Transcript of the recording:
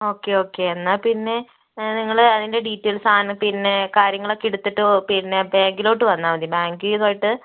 okay okay എന്നാൽ പിന്നെ നിങ്ങൾ അതിന്റെ ഡീറ്റയില്സ് പിന്നെ കാര്യങ്ങളൊക്കെ എടുത്തിട്ട് പിന്നെ ബാങ്കിലോട്ട് വന്നാൽ മതി ബാങ്കും ഇതുമായിട്ട്